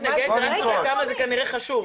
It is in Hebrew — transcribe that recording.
ראשית,